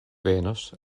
venos